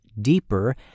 deeper